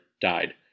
died